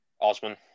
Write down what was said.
Osman